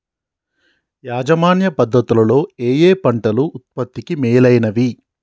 యాజమాన్య పద్ధతు లలో ఏయే పంటలు ఉత్పత్తికి మేలైనవి?